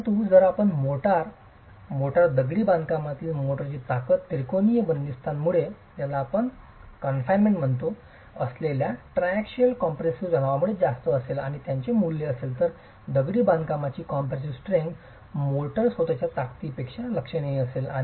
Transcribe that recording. परंतु जर आपण मोर्टार मोर्टार दगडी बांधकामातील मोर्टारची ताकद त्रिकोणीय बंदिस्तमुळे कोनफाइनमेंट असलेल्या ट्रायझिअल कॉम्पेशिव्ह तणावामुळे जास्त असेल आणि त्याचे मूल्य असेल तर दगडी बांधकामाची कॉम्प्रेसीव स्ट्रेंग्थ मोर्टार स्वतःच्या ताकदीपेक्षा लक्षणीय असेल